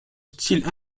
style